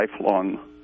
lifelong